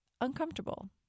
uncomfortable